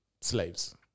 slaves